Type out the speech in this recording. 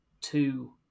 two